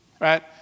Right